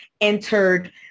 entered